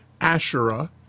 Asherah